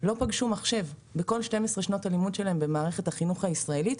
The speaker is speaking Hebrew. לא פגשו מחשב בכל שתיים עשרה שנות הלימוד שלהם במערכת החינוך הישראלית,